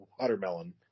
watermelon